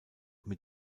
mit